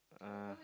uh